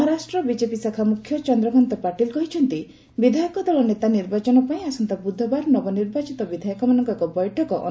Maharashtra BJP ଶାଖା ମୁଖ୍ୟ ଚନ୍ଦ୍ରକାନ୍ତ ପାଟିଲ କହିଛନ୍ତି ବିଧାୟକ ଦଳ ନେତା ନିର୍ବାଚନ ପାଇଁ ଆସନ୍ତା ବୁଧବାର ନବନିର୍ବାଚିତ ବିଧାୟକମାନଙ୍କ ଏକ ବୈଠକ ଅନୁଷ୍ଠିତ ହେବ